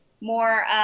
more